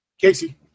Casey